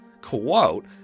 quote